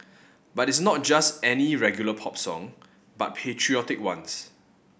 but it's not just any regular pop song but patriotic ones